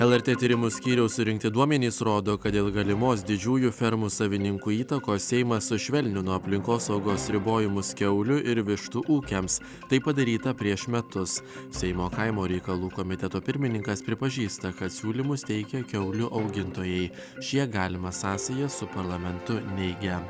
lrt tyrimų skyriaus surinkti duomenys rodo kad dėl galimos didžiųjų fermų savininkų įtakos seimas sušvelnino aplinkosaugos ribojimus kiaulių ir vištų ūkiams tai padaryta prieš metus seimo kaimo reikalų komiteto pirmininkas pripažįsta kad siūlymus teikia kiaulių augintojai šie galimą sąsają su parlamentu neigia